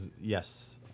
yes